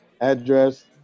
address